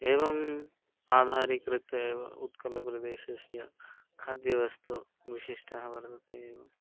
एवम् आधारीकृत्येव उत्कलप्रदेशीय खाद्यवस्तुविशिष्टः वर्तते एवम्